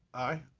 aye.